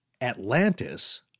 Atlantis